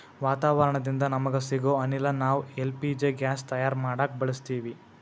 ವಾತಾವರಣದಿಂದ ನಮಗ ಸಿಗೊ ಅನಿಲ ನಾವ್ ಎಲ್ ಪಿ ಜಿ ಗ್ಯಾಸ್ ತಯಾರ್ ಮಾಡಕ್ ಬಳಸತ್ತೀವಿ